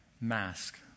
mask